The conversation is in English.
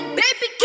baby